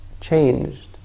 changed